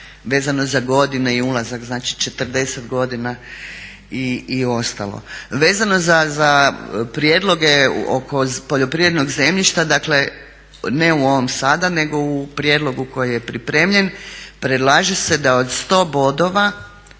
vezano za godine i ulazak, znači 40 godina i ostalo. Vezano za prijedloge oko poljoprivrednog zemljišta, ne u ovom sada nego u prijedlogu koji je pripremljen, predlaže se da od 100 bodova,